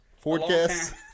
Forecast